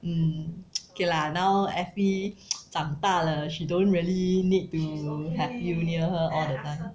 mm kay lah now effie 长大了 she don't really need to have you near her all the time